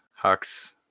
Hux